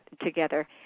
together